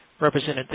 represented